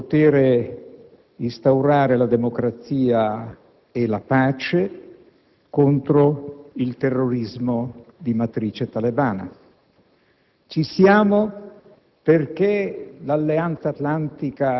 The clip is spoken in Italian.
collaborazione anche militare per poter instaurare la democrazia e la pace contro il terrorismo di matrice talebana.